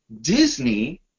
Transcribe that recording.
Disney